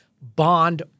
Bond